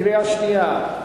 קריאה שנייה.